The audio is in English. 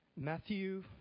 Matthew